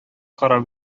карап